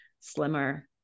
slimmer